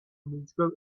musical